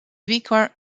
vicar